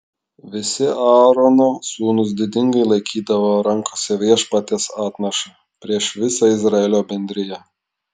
visi aarono sūnūs didingai laikydavo rankose viešpaties atnašą prieš visą izraelio bendriją